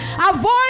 Avoid